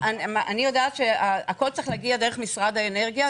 אני יודעת שהכול צריך להגיע דרך משרד האנרגיה.